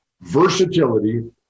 versatility